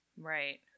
Right